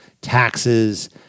taxes